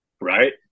Right